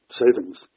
savings